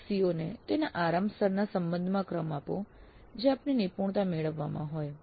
દરેક CO ને તેના આરામ સ્તરના સંબંધમાં ક્રમ આપો જે આપને નિપુણતા મેળવવામાં હોય